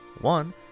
One